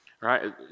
right